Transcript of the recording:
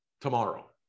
tomorrow